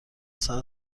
ساعت